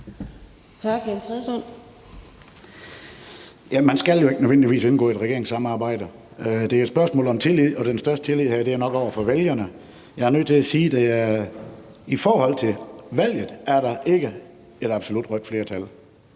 man skal jo ikke nødvendigvis indgå i et regeringssamarbejde. Det er et spørgsmål om tillid, og den største tillid her er nok over for vælgerne. Jeg er nødt til at sige, at i forhold til valget er der ikke et absolut rødt flertal.